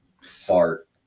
fart